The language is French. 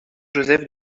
joseph